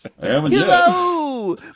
hello